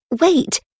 Wait